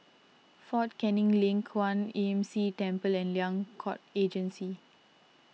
fort Canning Link Kwan Imm See Temple and Liang Court Regency